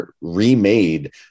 remade